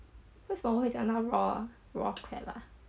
为什么讲那个 raw raw crab ah